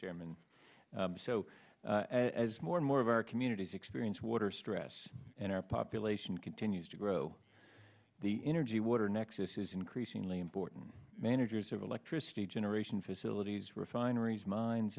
chairman so as more and more of our communities experience water stress and our population continues to grow the energy water nexus is increasingly important managers of electricity generation facilities refineries mine